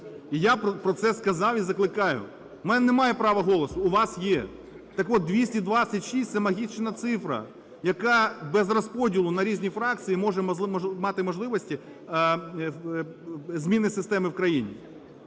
І я про це сказав і закликаю. У мене немає права голосу, у вас є. Так от, 226 – це магічна цифра, яка без розподілу на різні фракції може мати можливості зміни системи в країні.